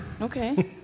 Okay